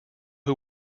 who